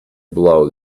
blow